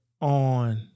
on